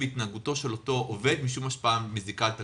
בהתנהגותו של אותו עובד משום השפעה מזיקה על התלמידים.